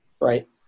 right